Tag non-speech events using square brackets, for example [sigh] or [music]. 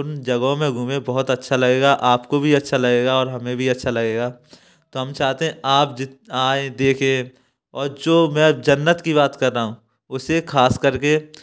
उन जगहों में घूमें बहुत अच्छा लगेगा आपको भी अच्छा लगेगा और हमें भी अच्छा लगेगा तो हम चाहते हैं आप [unintelligible] आएं देखें और जो मैं जन्नत की बात कर रहा हूँ उसे खास करके